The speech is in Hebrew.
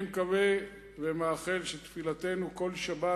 אני מקווה ומאחל שתפילתנו כל שבת,